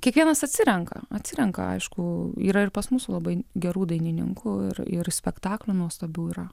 kiekvienas atsirenka atsirenka aišku yra ir pas mus labai gerų dainininkų ir ir spektaklių nuostabių yra